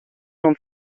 non